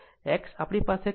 તો એક્સ આપણી પાસે 34